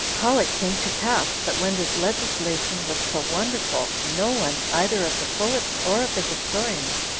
how it came to pass, that when this legislation was so wonderful, no one, either of the poets or of the historians,